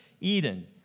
Eden